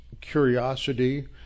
curiosity